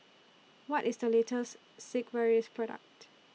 What IS The latest Sigvaris Product